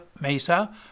Mesa